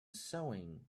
sewing